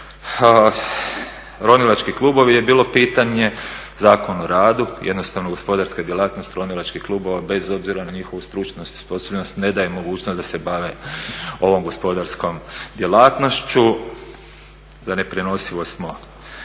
Ronilački klubovi je bilo pitanje, Zakon o radu jednostavna gospodarska djelatnost ronilačkih klubova bez obzira na njihovu stručnost i osposobljenost ne daje mogućnost da se bave ovom gospodarskom djelatnošću. Za neprenosivo smo